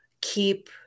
keep